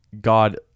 God